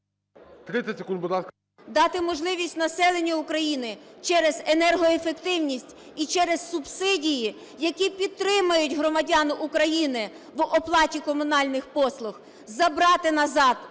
30 секунд, будь ласка. ЛУЦЕНКО І.С. … дати можливість населенню України через енергоефективність і через субсидії, які підтримують громадян України в оплаті комунальних послуг, забрати назад